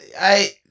I-